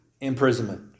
imprisonment